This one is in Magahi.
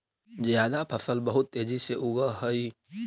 जायद फसल बहुत तेजी से उगअ हई